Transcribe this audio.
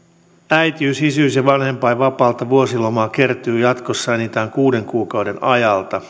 äitiys isyys ja vanhempainvapaalta vuosilomaa kertyy jatkossa enintään kuuden kuukauden ajalta